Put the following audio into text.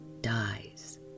Dies